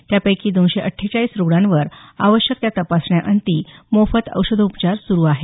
त्यापैकी दोनशे अठ्ठेचाळीस रुग्णांवर आवश्यक त्या तपासण्या अंती मोफत औषधोपचार सुरू आहेत